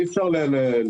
אי אפשר להזניח.